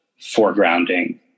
foregrounding